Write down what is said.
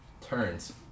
turns